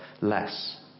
less